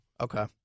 Okay